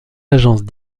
agences